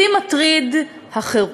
אותי מטרידה החירות.